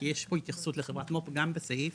כי יש פה התייחסות לחברת מו"פ גם בסעיף